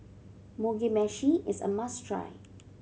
Mugi Meshi is a must try